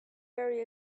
very